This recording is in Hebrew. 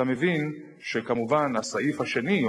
אתה מבין שכמובן הסעיף השני,